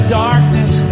darkness